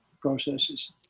processes